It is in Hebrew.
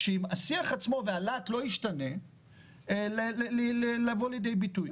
אם השיח עצמו והלהט לא ישתנה לבוא לידי ביטוי.